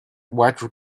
white